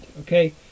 Okay